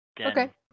Okay